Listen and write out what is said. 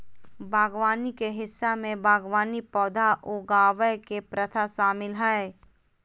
बागवानी के हिस्सा में बागवानी पौधा उगावय के प्रथा शामिल हइ